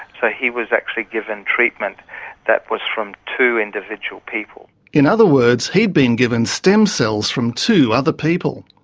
so he was actually given treatment that was from two individual people. in other words, he'd been given stem cells from two other people.